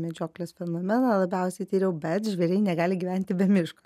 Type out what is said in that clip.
medžioklės fenomeną labiausiai tyriau bet žvėriai negali gyventi be miško